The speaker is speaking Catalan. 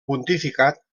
pontificat